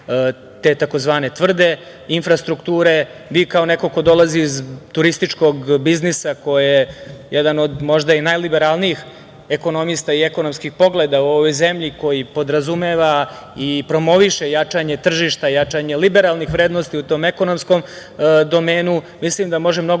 te tzv. tvrde infrastrukture. Vi kao neko ko dolazi iz turističkog biznisa, ko je jedan od možda i najliberalnijih ekonomista i ekonomskih pogleda u ovoj zemlji, koji podrazumeva i promoviše jačanje tržišta, jačanje liberalnih vrednosti u tom ekonomskom domenu, mislim da može mnogo